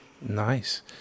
Nice